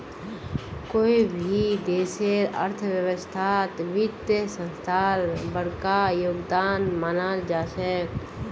कोई भी देशेर अर्थव्यवस्थात वित्तीय संस्थार बडका योगदान मानाल जा छेक